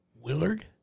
Willard